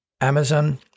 Amazon